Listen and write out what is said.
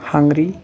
Hungary